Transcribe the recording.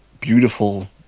beautiful